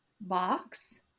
box